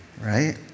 right